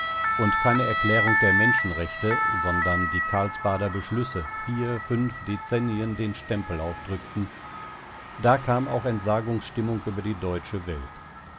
und keine erklärung der menschenrechte sondern die karlsbader beschlüsse vier fünf dezennien den stempel aufdrückten da kam auch entsagungsstimmung über die deutsche welt